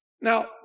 Now